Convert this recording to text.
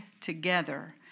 together